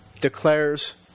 declares